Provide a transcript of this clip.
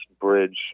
bridge